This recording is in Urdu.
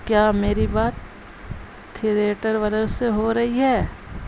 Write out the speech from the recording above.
کیا میری بات تھیریٹر والوں سے ہو رہی ہے